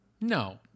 No